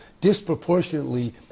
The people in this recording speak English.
disproportionately